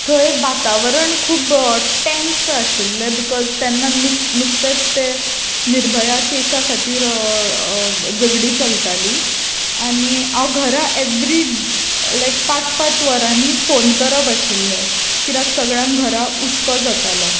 थंय वातावरण खूब टॅन्स आशिल्लें तेन्ना बिकोझ निकतेंच तें निर्भया कॅसा खातीर झगडीं चलतालीं आनी हांव घरा एवरी डॅ लायक पांच पांच वरांनी फोन करप आशिल्लें कित्याक सगळ्यांक घरा हुस्को जातालो